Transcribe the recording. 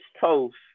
toast